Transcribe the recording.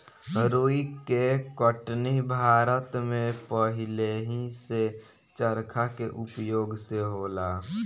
रुई के कटनी भारत में पहिलेही से चरखा के उपयोग से होला